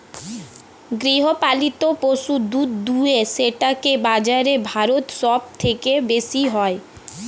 গৃহপালিত পশু দুধ দুয়ে সেটাকে বাজারে ভারত সব থেকে বেশি হয়